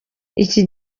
iki